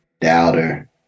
doubter